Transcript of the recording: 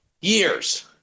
years